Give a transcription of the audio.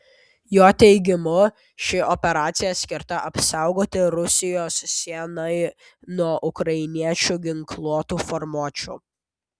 jo teigimu ši operacija skirta apsaugoti rusijos sienai nuo ukrainiečių ginkluotų formuočių